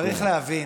צריך להבין,